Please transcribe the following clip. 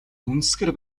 дүнсгэр